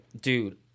Dude